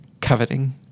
coveting